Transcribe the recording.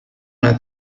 una